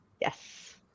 Yes